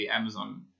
Amazon